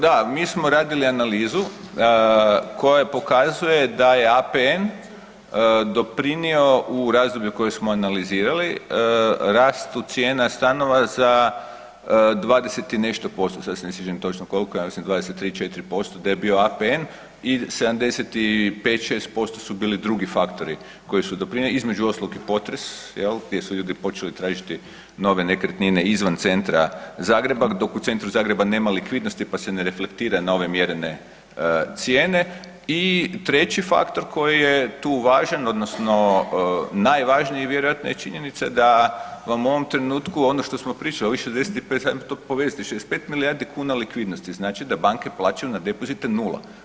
Da, mi smo radili analizu koja pokazuje da je APN doprinio u razdoblju koje smo analizirali rastu cijena stanova za 20 i nešto posto, sad se ne sjećam točno koliko, ja mislim 23, 4 posto da je bio APN i 75, 6 su bili drugi faktori koji su doprinijeli, između ostalog i potres, jel, gdje su ljudi počeli tražiti nove nekretnine izvan centra Zagreba, dok u centru Zagreba nema likvidnosti pa se ne reflektira na ove mjerene cijene i treći faktor koji je tu važan, odnosno najvažniji, vjerojatno je činjenica da vam u ovom trenutku, ono što smo pričali, ovih 65 ... ajmo to povezati, 65 milijardi kn likvidnosti, znači da banke plaćaju na depozit nula.